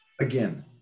again